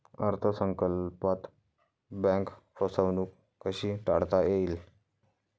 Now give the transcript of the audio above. अर्थ संकल्पात बँक फसवणूक कशी टाळता येईल?